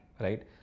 right